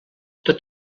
tot